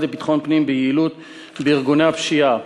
לביטחון פנים ביעילות בארגוני הפשיעה,